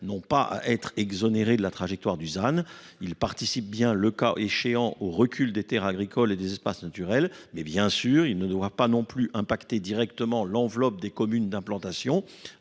n'ont pas à être exonérés de la trajectoire du il participe bien le cas échéant au recul des terres agricoles et des espaces naturels mais bien sûr ils ne doivent pas non plus impacter directement l'enveloppe des communes d'implantation